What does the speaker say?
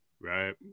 Right